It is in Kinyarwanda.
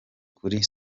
kuri